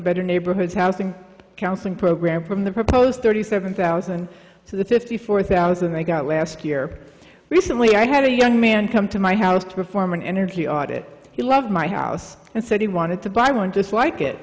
better neighborhoods housing counseling program from the proposed thirty seven thousand so the fifty four thousand i got last year recently i had a young man come to my house to perform an energy audit he loved my house and said he wanted to buy one just like it